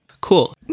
Cool